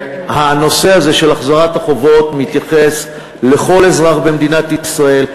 הנושא הזה של החזרת החובות מתייחס לכל אזרח במדינת ישראל,